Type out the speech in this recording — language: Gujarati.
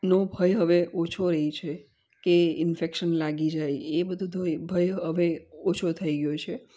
નો ભય હવે ઓછો રહી છે કે ઇન્ફેક્શન લાગી જાય એ બધું તો એ ભય હવે ઓછો થઈ ગયો છે